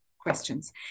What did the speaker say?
questions